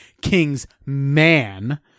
Kingsman